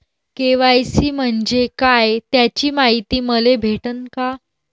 KYC म्हंजे काय त्याची मायती मले भेटन का?